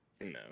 No